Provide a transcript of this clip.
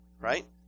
right